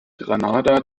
granada